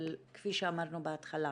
אבל כפי שאמרנו בהתחלה,